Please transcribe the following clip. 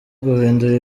guhindura